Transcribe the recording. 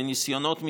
וניסיונות,